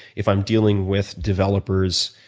if i am dealing with developers,